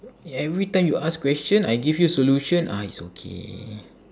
every time you ask question I give you solution ah it's okay